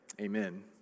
Amen